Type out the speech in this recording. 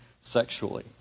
sexually